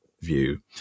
view